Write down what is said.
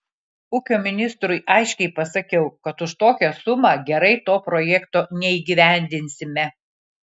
ūkio ministrui aiškiai pasakiau kad už tokią sumą gerai to projekto neįgyvendinsime